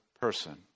person